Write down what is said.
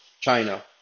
China